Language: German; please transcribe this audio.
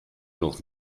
noch